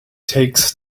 takes